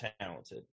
talented